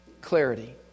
clarity